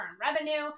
revenue